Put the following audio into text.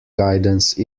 guidance